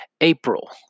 April